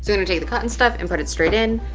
going to take the cotton stuff and put it straight in.